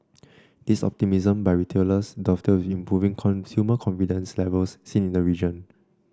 this optimism by retailers dovetails with improving consumer confidence levels seen in the region